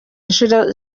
inshuro